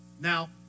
Now